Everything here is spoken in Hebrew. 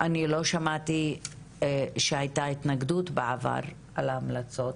אני לא שמעתי שהייתה התנגדות בעבר להמלצות.